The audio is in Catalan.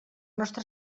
nostre